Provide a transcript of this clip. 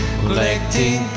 collecting